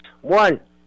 one